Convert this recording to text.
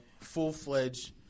full-fledged